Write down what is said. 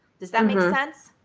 does that make sense?